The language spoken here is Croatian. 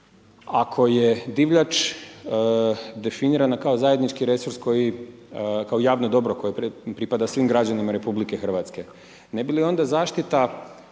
ako je divljač definirana kao zajednički resurs koji, kao javno dobro koje pripada svim građanima RH, ne bi li onda zaštita